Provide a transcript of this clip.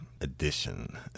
Edition